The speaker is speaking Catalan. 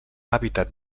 hàbitat